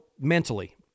mentally